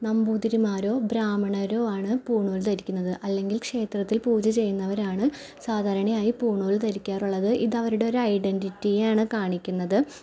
നമ്പൂതിരിമാരോ ബ്രാഹ്മണരോ ആണ് പൂണൂൽ ധരിക്കുന്നത് അല്ലെങ്കിൽ ക്ഷേത്രത്തിൽ പൂജ ചെയ്യുന്നവരാണ് സാധാരണയായി പൂണൂൽ ധരിക്കാറുള്ളത് ഇത് അവരുടെ ഒരു ഐഡൻടിറ്റിയാണ് കാണിക്കുന്നത്